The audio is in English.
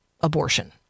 abortion